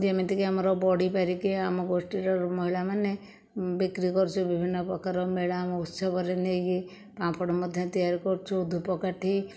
ଯେମିତିକି ଆମର ବଡ଼ି ପାରିକି ଆମ ଗୋଷ୍ଠୀର ମହିଳାମାନେ ବିକ୍ରି କରୁଛୁ ବିଭିନ୍ନ ପ୍ରକାର ମେଳା ମହୋତ୍ସବରେ ନେଇକି ପାମ୍ପଡ଼ ମଧ୍ୟ ତିଆରି କରୁଛୁ ଧୂପକାଠି